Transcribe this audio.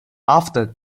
after